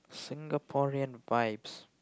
Singaporean vibes